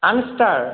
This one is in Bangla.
আর্মস্টার